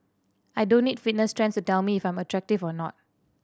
I don't need fitness trends to tell me if I'm attractive or not